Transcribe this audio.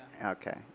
Okay